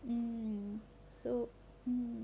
mm so